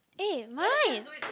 eh mine